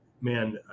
man